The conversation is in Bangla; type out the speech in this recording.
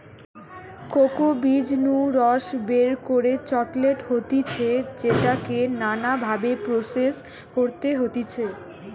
কোকো বীজ নু রস বের করে চকলেট হতিছে যেটাকে নানা ভাবে প্রসেস করতে হতিছে